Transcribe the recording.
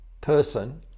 person